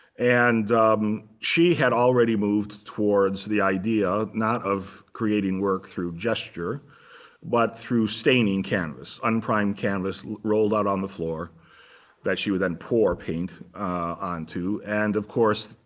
and she had already moved towards the idea, not of creating work through gesture but through staining canvas unprimed canvas rolled out on the floor that she would then pour paint onto. and of course,